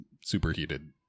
superheated